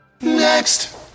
Next